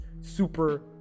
super